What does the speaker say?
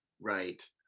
Right